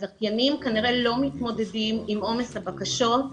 הזכיינים כנראה לא מתמודדים עם עומס הבקשות,